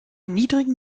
niedrigen